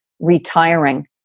Retiring